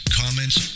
comments